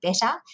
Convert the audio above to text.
better